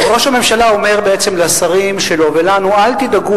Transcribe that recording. ראש הממשלה אומר בעצם לשרים שלו ולנו: אל תדאגו,